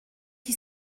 qui